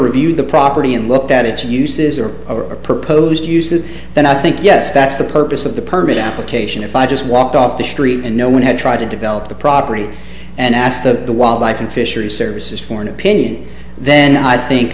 reviewed the property and looked at its uses or a proposed use is that i think yes that's the purpose of the permit application if i just walked off the street and no one had tried to develop the property and asked the wildlife and fisheries services for an opinion then i think